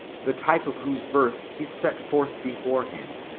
the type of whose birth he set forth beforehand,